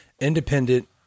independent